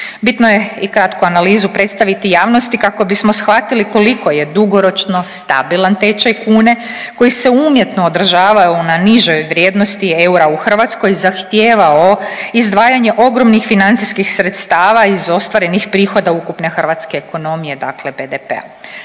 Bitno je i kratku analizu predstaviti javnosti kako bismo shvatili koliko je dugoročno stabilan tečaj kune koji se umjetno održavaju na nižoj vrijednosti eura u Hrvatskoj zahtijevao izdvajanje ogromnih financijskih sredstava iz ostvarenih prihoda ukupne hrvatske ekonomije, dakle BDP-a.